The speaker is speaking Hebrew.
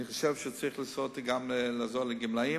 אני חושב שהוא צריך לנסות לעזור גם לגמלאים,